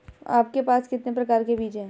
आपके पास कितने प्रकार के बीज हैं?